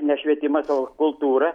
ne švietimas o kultūra